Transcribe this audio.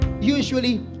usually